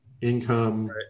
income